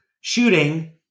shooting